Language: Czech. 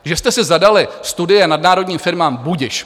Že jste si zadali studie nadnárodním firmám, budiž.